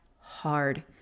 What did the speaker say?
hard